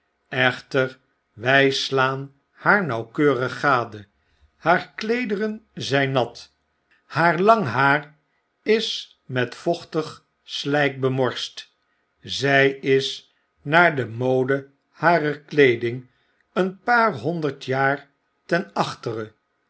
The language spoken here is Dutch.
echter wy slaan haar nauwkeurig gade haar kleederen zyn nat haar lang haar is met vochtig sljjk bemorst zy is naar de mode harer kleeding een paar honderd jaar ten achtere